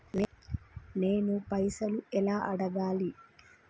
నేను పైసలు ఎలా అడగాలి?